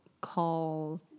call